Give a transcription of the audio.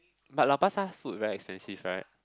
but Lau-Pa-Sat food very expensive right